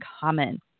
common